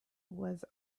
was